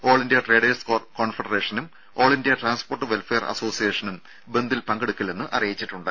all India traders കോൺഫെഡറേഷനും all India transport welfare അസോസിയേഷനും ബന്ദിൽ പങ്കെടുക്കില്ലെന്ന് അറിയിച്ചിട്ടുണ്ട്